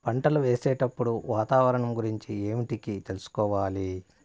పంటలు వేసేటప్పుడు వాతావరణం గురించి ఏమిటికి తెలుసుకోవాలి?